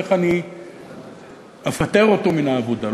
איך אני אפטר אותו מן העבודה?